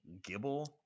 Gibble